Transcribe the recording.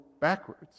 backwards